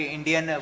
Indian